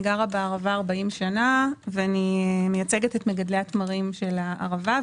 אני גרה בערבה כבר 40 שנים ואני מייצגת את מגדלי התמרים של הערבה,